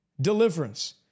deliverance